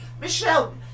Michelle